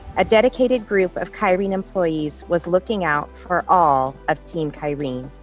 a dedicated group of kyrene employees was looking out for all of team kyrene.